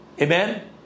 Amen